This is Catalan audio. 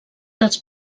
dels